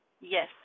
Yes